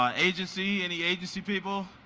um agency? any agency people?